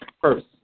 First